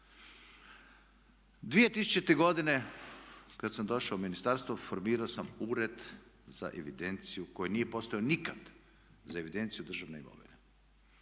2000. godine, kada sam došao u ministarstvo formirao sam ured za evidenciju, koji nije postojao nikad, za evidenciju državne imovine.